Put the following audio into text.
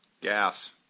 Gas